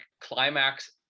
climax